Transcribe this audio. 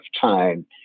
time